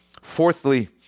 Fourthly